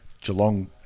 Geelong